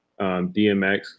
DMX